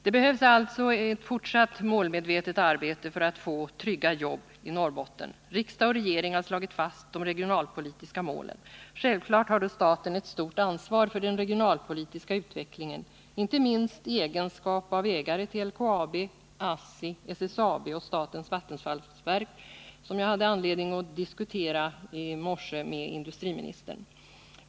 Det behövs alltså ett fortsatt målmedvetet arbete för att få trygga jobb i Norrbotten. Riksdag och regering har slagit fast de regionalpolitiska målen. Självklart har då staten ett stort ansvar för den regionalpolitiska utvecklingen, inte minst i egenskap av ägare till LKAB, ASSI, SSAB och statens vattenfallsverk, som jag hade anledning att diskutera i morse med industriministern.